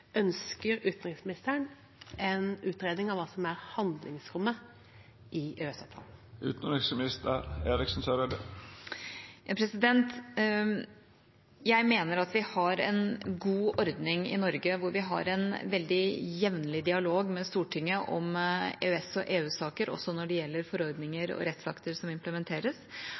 Ønsker utenriksministeren en utredning av hva som er handlingsrommet i EØS-avtalen? Jeg mener at vi har en god ordning i Norge, hvor vi veldig jevnlig har dialog med Stortinget om EØS- og EU-saker, også når det gjelder forordninger og rettsakter som implementeres.